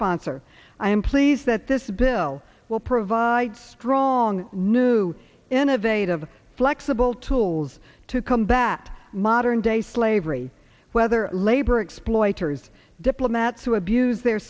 sponsor i am pleased that this bill will provide strong new innovative flexible tools to combat modern day slavery whether labor exploiters diplomats who abuse their